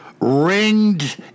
ringed